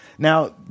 Now